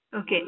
Okay